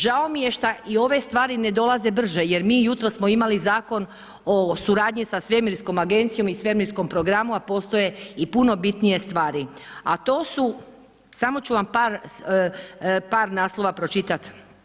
Žao mi je šta i ove stvari ne dolaze brže jer mi jutros smo imali Zakon o suradnji sa Svemirskom agencijom i svemirskom programu a postoje i puno bitnije stvari a to su, samo ću vam par naslova pročitati.